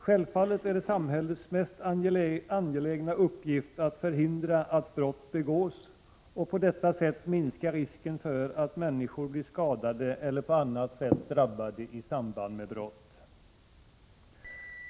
Självfallet är det samhällets mest angelägna uppgift att förhindra att brott begås och på detta sätt minska risken för att människor blir skadade eller på annat sätt drabbade i samband med brott.